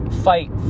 fight